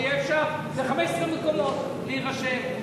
שיהיה אפשר, זה 15 מקומות, להירשם.